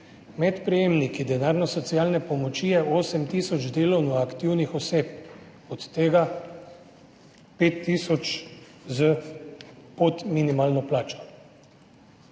Med prejemniki denarne socialne pomoči je 8 tisoč delovno aktivnih oseb, od tega je 5 tisoč pod minimalno plačo.